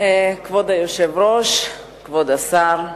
כבוד היושב-ראש, כבוד השר,